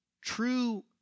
true